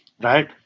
right